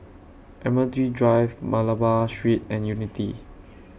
Admiralty Drive Malabar Street and Unity